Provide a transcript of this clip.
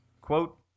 quote